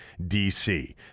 DC